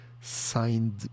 signed